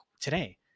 today